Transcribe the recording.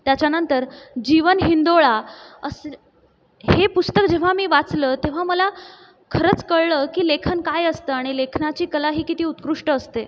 त्याच्यानंतर जीवन हिंदोळा असं हे पुस्तक जेव्हा मी वाचलं तेव्हा मला खरंच कळलं की लेखन काय असतं आणि लेखनाची कला ही किती उत्कृष्ट असते